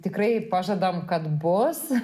tikrai pažadam kad bus